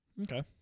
Okay